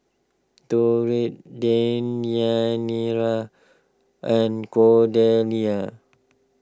Deyanira and Cordelia